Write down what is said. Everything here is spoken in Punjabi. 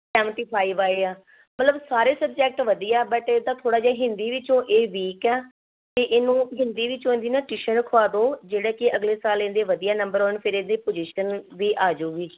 ਸੈਵਨਟੀ ਫਾਈਵ ਆਏ ਆ ਮਤਲਬ ਸਾਰੇ ਸਬਜੈਕਟ ਵਧੀਆ ਬਟ ਇਹ ਤਾਂ ਥੋੜ੍ਹਾ ਜਿਹਾ ਹਿੰਦੀ ਵਿੱਚੋਂ ਇਹ ਵੀਕ ਆ ਅਤੇ ਇਹਨੂੰ ਹਿੰਦੀ ਵਿੱਚੋਂ ਇਹਦੀ ਨਾ ਟਿਊਸ਼ਨ ਰਖਵਾ ਦਿਓ ਜਿਹੜੇ ਕਿ ਅਗਲੇ ਸਾਲ ਇਹਦੇ ਵਧੀਆ ਨੰਬਰ ਆਉਣ ਫਿਰ ਇਹਦੇ ਪੁਜੀਸ਼ਨ ਵੀ ਆ ਜੂਗੀ